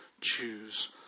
choose